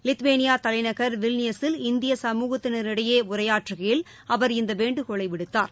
Lithuania தலைநகர் வில்நியூசில் இந்திய சமூகத்தினரிடையே உரையாற்றுகையில் அவர் இந்த வேண்டுகோளை விடுத்தார்